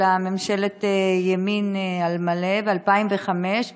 אלא ממשלת ימין על מלא ב-2005,